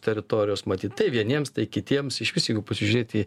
teritorijos matyt tai vieniems tai kitiems išvis jeigu pasižiūrėti